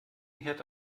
herd